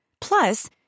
Plus